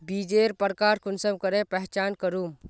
बीजेर प्रकार कुंसम करे पहचान करूम?